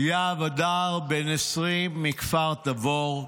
יהב הדר, בן 20 מכפר תבור,